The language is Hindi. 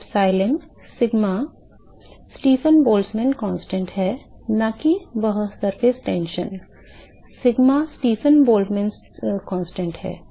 तो epsilon sigma Stefan Boltzmann constant है न कि सतह तनाव सिग्मा स्टीफन बोल्ट्जमैन स्थिरांक है